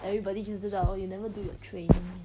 everybody 就知道 oh you never do your training